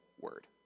word